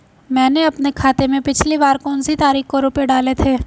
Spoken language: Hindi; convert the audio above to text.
मैंने अपने खाते में पिछली बार कौनसी तारीख को रुपये डाले थे?